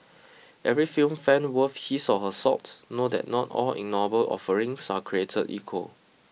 every film fan worth his or her salt know that not all ignoble offerings are created equal